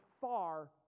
far